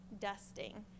dusting